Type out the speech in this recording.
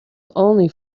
only